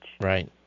right